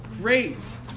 Great